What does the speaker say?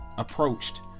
approached